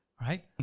right